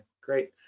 great